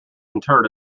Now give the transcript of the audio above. interred